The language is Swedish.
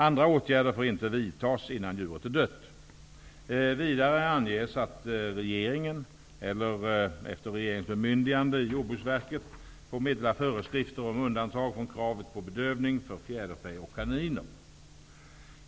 Andra åtgärder får inte vidtas innan djuret är dött. Vidare anges att regeringen eller, efter regeringens bemyndigande, Jordbruksverket får meddela föreskrifter om undantag från kravet på bedövning för fjäderfä och kaniner.